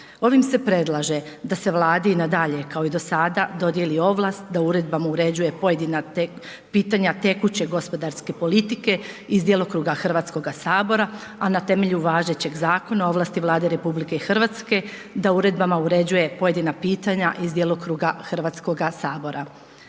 Ovim se predlaže da se Vladi nadalje kao i do sada dodijeli ovlast da uredbama uređuje pojedina pitanja tekuće gospodarske politike iz djelokruga Hrvatskoga sabora, a na temelju važećeg Zakona o ovlasti Vlade RH da uredbama uređuje pojedina pitanja iz djelokruga Hrvatskoga sabora.